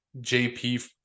JP